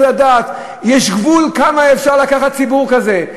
צריך לדעת שיש גבול כמה צריך לקחת ציבור כזה,